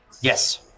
Yes